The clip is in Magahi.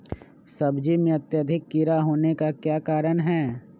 सब्जी में अत्यधिक कीड़ा होने का क्या कारण हैं?